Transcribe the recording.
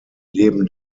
leben